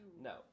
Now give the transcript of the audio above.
no